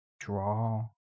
draw